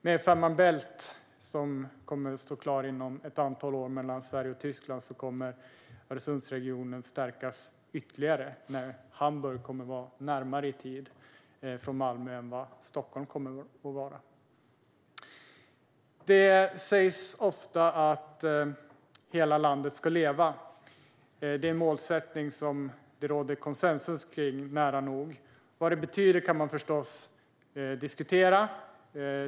Med Fehmarn Bält-förbindelsen mellan Danmark och Tyskland, som kommer att stå klar inom ett antal år, kommer Öresundsregionen att stärkas ytterligare. Då kommer Hamburg i tid att vara närmare Malmö än vad Stockholm är. Det sägs ofta att hela landet ska leva. Det är en målsättning som det nära nog råder konsensus om. Vad det betyder kan man förstås diskutera.